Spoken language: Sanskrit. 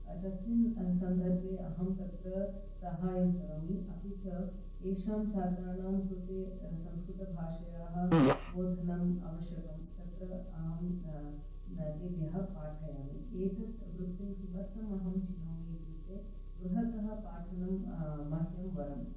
तस्मिन् सन्दर्भे अहं तत्र सहायं करोमि अपि च येषां छात्राणां कृते संस्कृतभाषायाः बोधनम् आवश्यकं तत्र अहं तेभ्यः पाठयामि एतत् वृत्तिं किमर्थम् अहं चिनोमि इत्युक्ते गृहतः पाठनं मह्यं वरम्